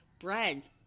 breads